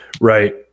Right